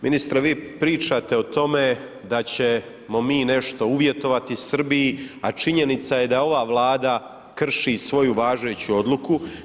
Ministre, vi pričate o tome, da ćemo mi nešto uvjetovati Srbiji, a činjenica je da ova vlada krši svoju važeću odluku.